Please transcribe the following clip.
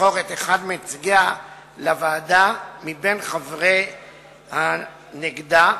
לבחור אחד מנציגיה לוועדה מחברי הנגדה.